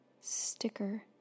sticker